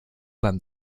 beim